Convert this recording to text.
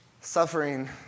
suffering